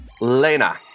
Lena